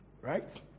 right